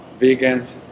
vegans